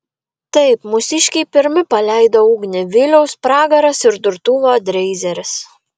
taip mūsiškiai pirmi paleido ugnį viliaus pragaras ir durtuvo dreizeris